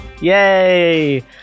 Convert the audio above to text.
Yay